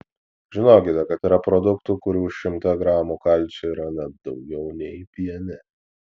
žinokite kad yra produktų kurių šimte gramų kalcio yra net daugiau nei piene